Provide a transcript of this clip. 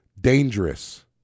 dangerous